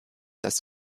das